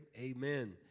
Amen